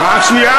רק שנייה,